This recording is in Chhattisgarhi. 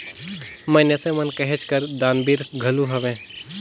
मइनसे मन कहेच कर दानबीर घलो हवें